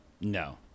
No